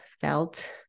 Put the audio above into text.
felt